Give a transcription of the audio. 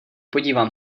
podívám